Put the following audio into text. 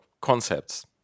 concepts